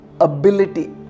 ability